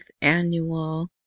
annual